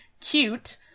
cute